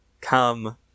come